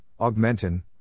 augmentin